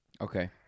Okay